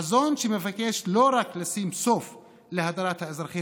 חזון שמבקש לא רק לשים סוף להדרת האזרחים